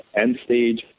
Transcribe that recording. end-stage